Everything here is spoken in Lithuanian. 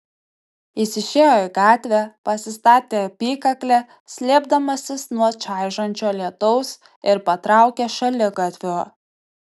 jis išėjo į gatvę pasistatė apykaklę slėpdamasis nuo čaižančio lietaus ir patraukė šaligatviu